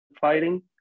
fighting